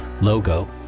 logo